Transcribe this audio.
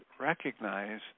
recognize